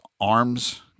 arms